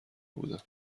بودم